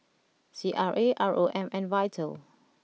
C R A R O M and Vital